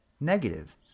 negative